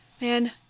man